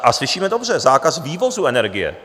A slyšíme dobře zákaz vývozu energie.